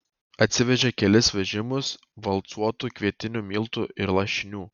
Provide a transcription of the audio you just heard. atsivežė kelis vežimus valcuotų kvietinių miltų ir lašinių